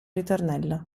ritornello